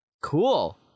Cool